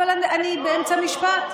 גם אני, אבל אני באמצע משפט.